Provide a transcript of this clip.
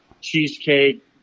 cheesecake